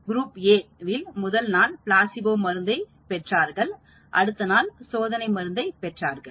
group A வில் முதல் நாள் பிளாசிபோ மருந்தை பெற்றார்கள் அடுத்த நாள் சோதனை மருந்து பெற்றார்கள்